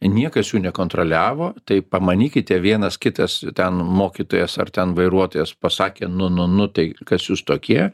niekas jų nekontroliavo tai pamanykite vienas kitas ten mokytojas ar ten vairuotojas pasakė nu nu nu tai kas jūs tokie